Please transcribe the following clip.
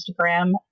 Instagram